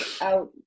out